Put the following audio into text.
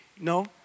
no